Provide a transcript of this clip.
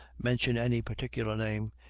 mention any particular name,